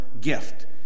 gift